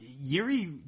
Yuri